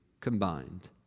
combined